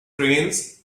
trains